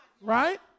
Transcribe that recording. Right